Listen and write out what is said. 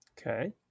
Okay